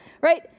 right